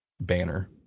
banner